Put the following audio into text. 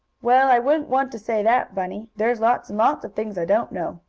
well, i wouldn't want to say that, bunny. there's lots and lots of things i don't know.